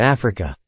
Africa